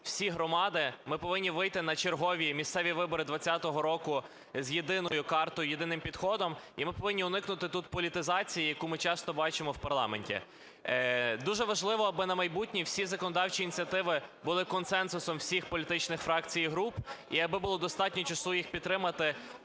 всі громади. Ми повинні вийти на чергові місцеві вибори 20-го року з єдиною картою, з єдиним підходом. І ми повинні уникнути тут політизації, яку ми часто бачимо в парламенті. Дуже важливо, аби на майбутнє всі законодавчі ініціативи були консенсусом всіх політичних фракцій і груп і аби було достатньо часу їх підтримувати